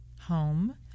home